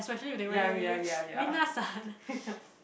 ya ya ya ya